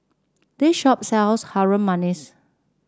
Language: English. this shop sells Harum Manis